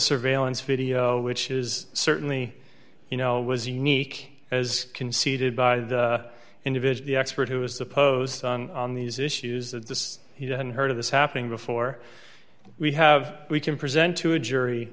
surveillance video which is certainly you know was unique as conceded by the individual expert who is the posed on these issues that this he hadn't heard of this happening before we have we can present to a jury